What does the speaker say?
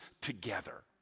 together